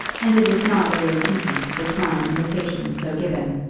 and it is not always easy to decline invitations so given.